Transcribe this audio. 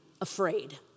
afraid